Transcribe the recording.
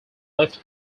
left